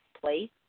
place